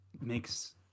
makes